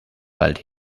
wald